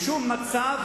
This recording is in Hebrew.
בשום מצב,